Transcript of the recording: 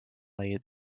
laid